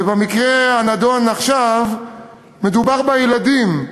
ובמקרה הנדון עכשיו מדובר בילדים.